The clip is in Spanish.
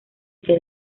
que